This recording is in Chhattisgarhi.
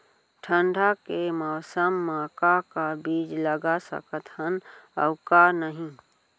ठंडा के मौसम मा का का बीज लगा सकत हन अऊ का नही?